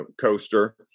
coaster